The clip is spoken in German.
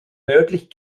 nördlich